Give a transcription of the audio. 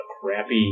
crappy